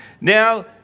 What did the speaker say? Now